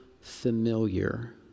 familiar